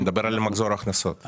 אני מדבר על מחזור הכנסות.